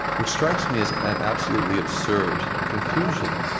which strikes me as an absolutely absurd confusion.